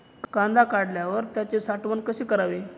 कांदा काढल्यावर त्याची साठवण कशी करावी?